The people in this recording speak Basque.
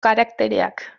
karaktereak